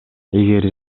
эгер